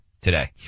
today